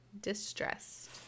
distressed